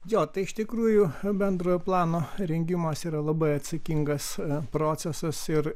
jo tai iš tikrųjų bendrojo plano rengimas yra labai atsakingas procesas ir